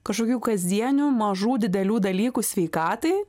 kažkokių kasdienių mažų didelių dalykų sveikatai